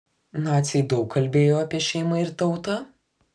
naciai daug kalbėjo apie šeimą ir tautą